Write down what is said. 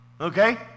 okay